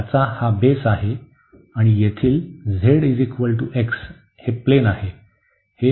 ज्याचा हा बेस आहे आणि येथील zx हे प्लेन आहे